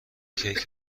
کیک